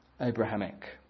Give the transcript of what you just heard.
Abrahamic